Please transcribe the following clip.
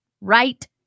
Right